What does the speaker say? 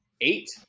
eight